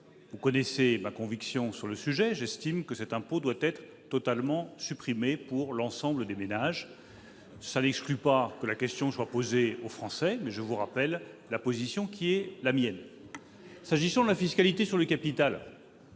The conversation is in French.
Vous connaissez ma conviction sur le sujet : j'estime que cet impôt doit être supprimé pour l'ensemble des ménages. Cela n'exclut pas que la question soit posée aux Français, mais je vous rappelle ma position. Très bien ! S'agissant de l'impôt sur la fortune